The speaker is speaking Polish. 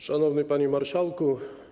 Szanowny Panie Marszałku!